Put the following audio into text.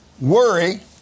worry